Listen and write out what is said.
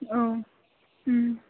औ उम